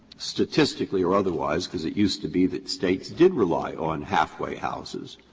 statistically or otherwise because it used to be that states did rely on halfway houses,